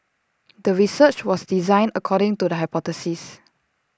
the research was designed according to the hypothesis